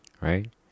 Right